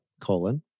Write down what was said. Colon